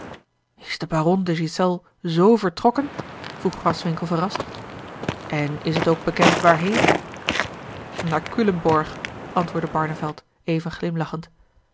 de baron de ghiselles z vertrokken vroeg graswinckel verrast en is t ook bekend waarheen naar